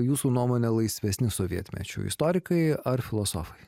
jūsų nuomone laisvesni sovietmečiu istorikai ar filosofai